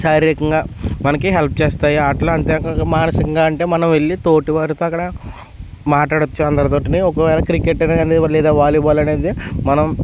శారీరకంగా మనకి హెల్ప్ చేస్తాయి ఆటలు అంతేకాక మానసికంగా అంటే మనం వెళ్ళి తోటి వారితో అక్కడ మాట్లాడవచ్చు అందరితోటిని ఒకవేళ క్రికెట్ అని కానీ లేదా వాలీబాల్ అనేది మనం